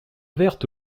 verte